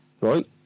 right